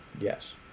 Yes